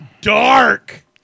dark